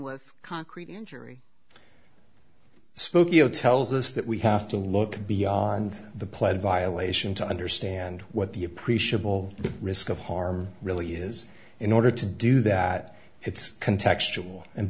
with concrete injury spokeo tells us that we have to look beyond the pledge violation to understand what the appreciable risk of harm really is in order to do that it's can textual and